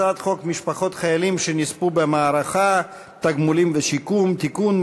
הצעת חוק משפחות חיילים שנספו במערכה (תגמולים ושיקום) (תיקון,